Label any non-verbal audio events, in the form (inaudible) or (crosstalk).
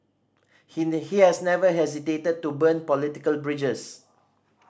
he (unintelligible) he has never hesitated to burn political bridges